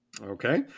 Okay